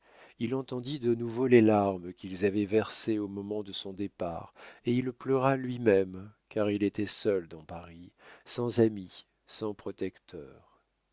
il entendit de nouveau les larmes qu'ils avaient versées au moment de son départ et il pleura lui-même car il était seul dans paris sans amis sans protecteurs